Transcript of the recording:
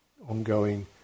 ongoing